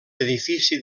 edifici